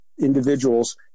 individuals